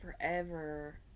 forever